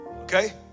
okay